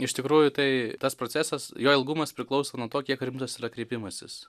iš tikrųjų tai tas procesas jo ilgumas priklauso nuo to kiek rimtas yra kreipimasis